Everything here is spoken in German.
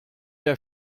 der